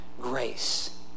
grace